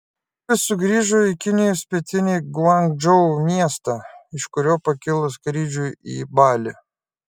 orlaivis sugrįžo į kinijos pietinį guangdžou miestą iš kurio pakilo skrydžiui į balį